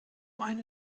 eine